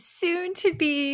soon-to-be